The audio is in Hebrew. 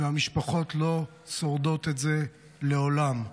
והמשפחות לא שורדות את זה לעולם.